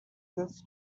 just